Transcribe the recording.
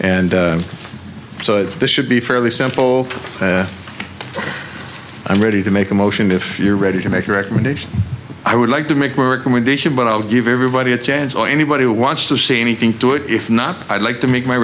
and so it should be fairly simple i'm ready to make a motion if you're ready to make a recommendation i would like to make work and when they should but i'll give everybody a chance or anybody who wants to say anything to it if not i'd like to make my